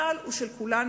הסל הוא של כולנו,